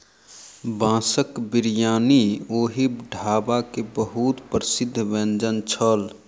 बांसक बिरयानी ओहि ढाबा के बहुत प्रसिद्ध व्यंजन छल